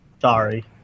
Sorry